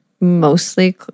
mostly